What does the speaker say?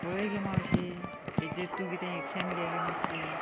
पळय गे मावशे हाजेर तूं कितें एक्शन घे गे मातशें